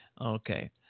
okay